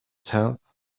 tenth